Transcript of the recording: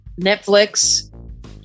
Netflix